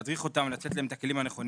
להדריך אותם ולתת להם את הכלים הנכונים,